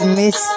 miss